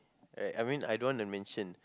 right I mean I don't want to mention